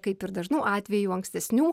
kaip ir dažnu atveju ankstesnių